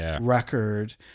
record